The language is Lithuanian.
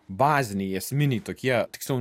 baziniai esminiai tokie tiksliau